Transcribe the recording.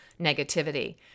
negativity